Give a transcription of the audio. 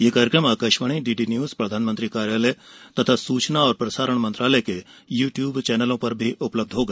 यह कार्यक्रम Akashvani DD news प्रधानमंत्री कार्यालय तथा सूचना और प्रसारण मंत्रालय के यू ट्यूब चैनलों पर भी उपलब्ध होगा